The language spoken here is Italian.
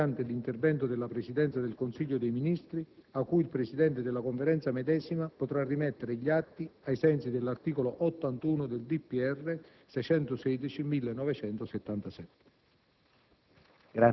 ovvero mediante l'intervento della Presidenza del Consiglio dei ministri, a cui il presidente della conferenza medesima potrà rimettere gli atti ai sensi dell'articolo 81 del decreto